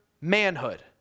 manhood